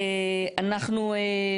אנחנו,